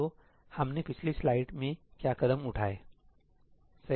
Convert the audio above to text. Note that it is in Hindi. तो हमने पिछली स्लाइड में क्या कदम उठाए हैं सही